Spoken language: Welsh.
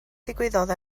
ddigwyddodd